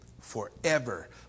forever